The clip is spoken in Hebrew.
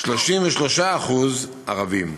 33% ערבים.